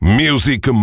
music